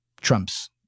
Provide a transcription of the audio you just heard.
trumps